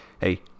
Hey